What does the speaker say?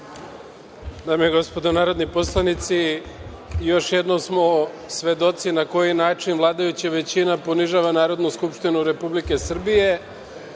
Dame i gospodo narodni poslanici, još jednom smo svedoci na koji način vladajuća većina ponižava Narodnu skupštinu Republike Srbije